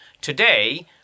Today